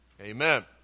Amen